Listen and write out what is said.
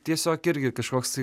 tiesiog irgi kažkoks tai